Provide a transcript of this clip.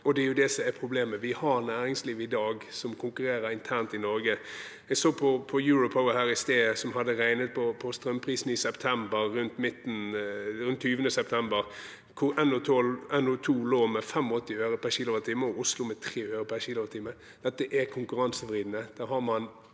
Og det er jo det som er problemet. Vi har næringsliv i dag som konkurrerer internt i Norge. Jeg så på Europower her i sted, som hadde regnet på strømprisen i september, rundt 20. september, hvor NO2 lå med 85 øre per kWh og Oslo med 3 øre per kWh. Dette er konkurransevridende.